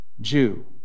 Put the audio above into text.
Jew